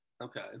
okay